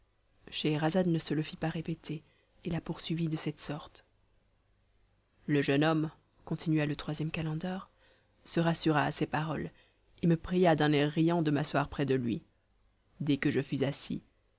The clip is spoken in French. scheherazade ne se le fit pas répéter et la poursuivit de cette sorte le jeune homme continua le troisième calender se rassura à ces paroles et me pria d'un air riant de m'asseoir près de lui dès que je fus assis